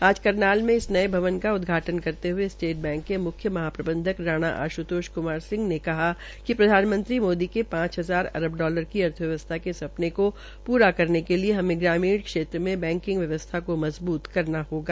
आज करनान में इस नये भवन का उदघाटन् करते हये स्टेट बैंक के म्ख्य महाप्रबंधक राणा आश्तोश क्मार ने कहा कि प्रधानमंत्री मोदी के पांच हजार अरब डालर की अर्थव्यवस्था के सिंह सपन को पुरा करने के लिए हमे ग्रामीण क्षेत्रों मे बैकिंग व्यवस्था को मजबूत करना होगा